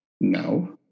No